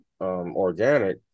organic